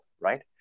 right